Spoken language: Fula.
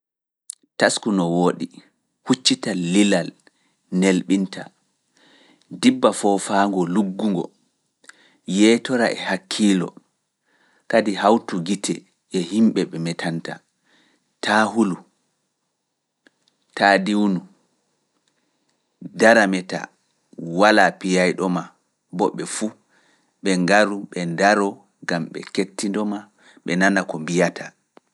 Tasku no wooɗi, huccita lilal nelɓinta, dibba foofaango luggungo, yeetora e hakkiilo, kadi hawtu gite e yimɓe ɓe metanta, taa hulu, taa diwnu, dara meta. Walaa piyayɗo ma, bo ɓe fuu, ɓe ngaru, ɓe ndaro, gam ɓe kettindoma, ɓe nana ko mbiyata.